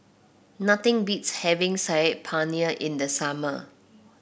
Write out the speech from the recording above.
nothing beats having Saag Paneer in the summer